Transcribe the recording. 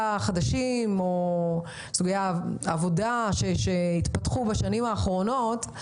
חדשים או סוגי עבודה שהתפתחו בשנים האחרונות.